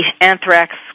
anthrax